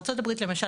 ארצות הברית למשל,